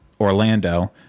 orlando